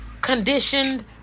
conditioned